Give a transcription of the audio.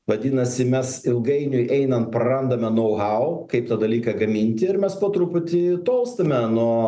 vadinasi mes ilgainiui einant prarandame nau hau kaip tą dalyką gaminti ir mes po truputį tolstame nuo